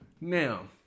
Now